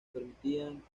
permitían